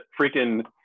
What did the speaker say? Freaking